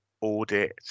audit